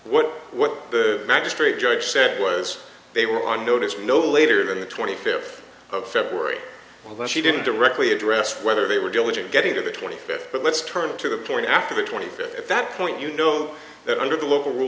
what what the magistrate judge said was they were on notice no later than the twenty fifth of february when she didn't directly address whether they were diligent getting to the twenty fifth but let's turn to the point after the twenty fifth at that point you know that under the local rule